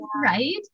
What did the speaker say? right